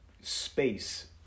space